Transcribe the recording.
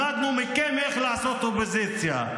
למדנו מכם איך לעשות אופוזיציה.